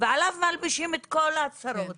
ועליו מלבישים את כל הצרות.